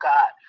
God